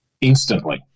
instantly